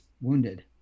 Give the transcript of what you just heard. wounded